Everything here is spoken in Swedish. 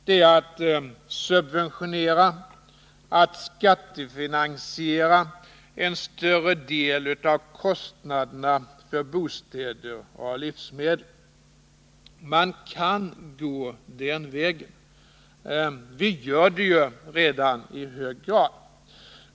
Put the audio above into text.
Det är att subventionera — skattefinansiera— en större del av kostnaderna för bostäder och livsmedel. Vi kan gå den vägen. Vi gör det ju redan i hög grad.